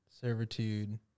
servitude